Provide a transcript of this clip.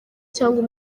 cyangwa